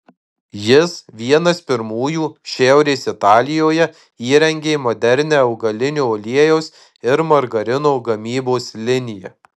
jis vienas pirmųjų šiaurės italijoje įrengė modernią augalinio aliejaus ir margarino gamybos liniją